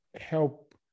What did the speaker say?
help